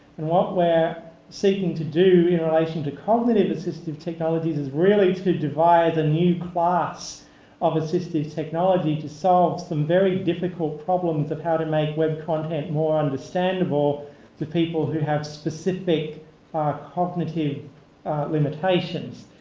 and what we're seeking to do in relation to cognitive assistive technologies is really to devise a new class of assistive technology to solve some very difficult problems of how to make web content more understandable to people who have specific cognitive limitations.